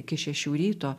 iki šešių ryto